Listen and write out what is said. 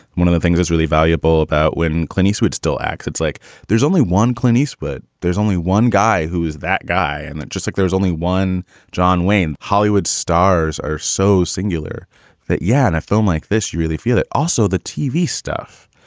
one of the things is really valuable about when clint eastwood still acts. it's like there's only one clint eastwood. there's only one guy who is that guy. and just like there's only one john wayne. hollywood stars are so singular that, yeah, and a film like this, you really feel that also the tv stuff.